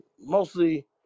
Mostly